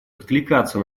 откликаться